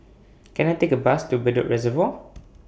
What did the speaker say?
Can I Take A Bus to Bedok Reservoir